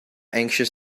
anxious